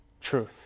truth